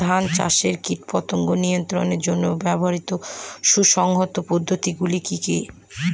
ধান চাষে কীটপতঙ্গ নিয়ন্ত্রণের জন্য ব্যবহৃত সুসংহত পদ্ধতিগুলি কি কি?